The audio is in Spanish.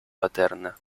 paterna